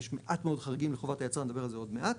יש מעט מאוד חריגים בחובת היצרן ונדבר על זה עוד מעט.